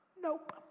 Nope